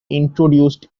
introduced